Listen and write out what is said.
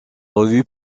revue